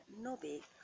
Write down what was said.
Nobby